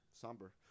somber